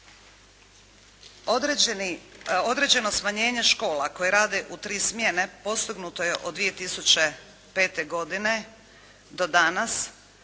Određeno smanjenje škola koje rade u 3 smjene, postignuto je od 2005. godine do danas,